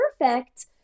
perfect